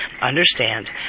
Understand